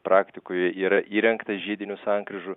praktikoje yra įrengta žiedinių sankryžų